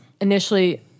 initially